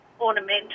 ornamental